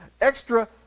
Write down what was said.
extra